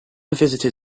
visited